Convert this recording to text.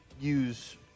use